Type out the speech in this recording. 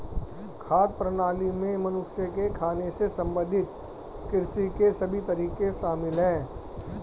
खाद्य प्रणाली में मनुष्य के खाने से संबंधित कृषि के सभी तरीके शामिल है